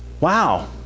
Wow